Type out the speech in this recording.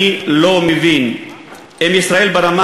אני לא מבין אם ישראל יודעת שברמה